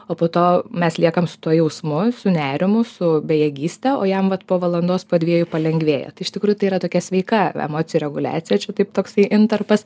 o po to mes liekam su tuo jausmu su nerimu su bejėgystę o jam vat po valandos po dviejų palengvėja tai iš tikrųjų tai yra tokia sveika emocijų reguliacija čia taip toksai intarpas